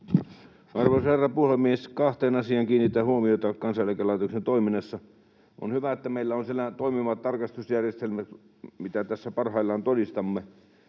Arvoisa herra puhemies! Kahteen asiaan kiinnitän huomiota Kansaneläkelaitoksen toiminnassa. On hyvä, että meillä on siellä toimivat tarkastusjärjestelmät, mitä tässä parhaillaan todistamme,